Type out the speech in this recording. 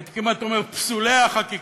הייתי כמעט אומר פסולי החקיקה,